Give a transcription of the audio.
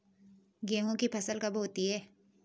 गेहूँ की फसल कब होती है?